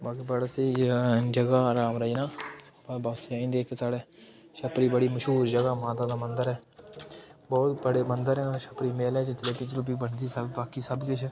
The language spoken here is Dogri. बाकी बड़ा स्हेई जगह् रामरइयां बापस आई जंदे इक साइड जगह् छपरी बड़ी मश्हूर जगह् माता दा मंदर ऐ बहुत बड़े मंदर हैन छपरी मेले च जलेबी जलूबी बनदी बाकी सब किश